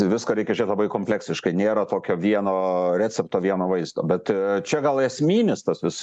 į viską reikia žiūrėt labai kompleksiškai nėra tokio vieno recepto vieno vaisto bet a čia gal esminis tas vis